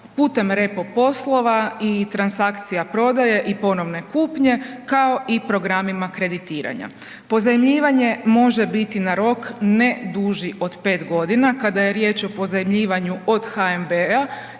putem repo poslova i transakcija prodaje i ponovne kupnje, kao i programima kreditiranja. Pozajmljivanje može biti na rok ne duži od 5.g. kada je riječ o pozajmljivanju od HNB-a